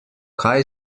kaj